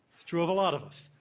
it's true of a lot of us.